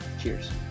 Cheers